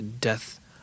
death